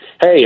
Hey